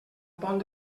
pont